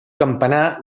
campanar